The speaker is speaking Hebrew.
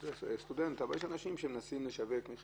הם נועדו בדיוק לשימושים של דירה